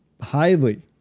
highly